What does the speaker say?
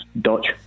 Dutch